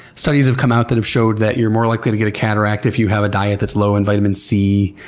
studies have come out that have shown that you're more likely to get a cataract if you have a diet that's low in vitamin c.